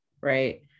right